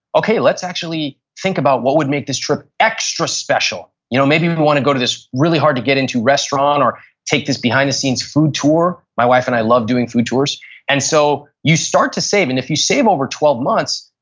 okay, let's actually think about what would make this trip extra special. you know maybe we want to go into this really hard to get into restaurant or take this behind the scenes food tour, my wife and i love doing food tours and so you start to save and if you save over twelve months,